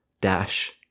dash